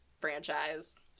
franchise